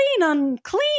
unclean